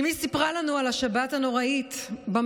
אימי סיפרה לנו על השבת הנוראית שבה